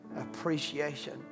appreciation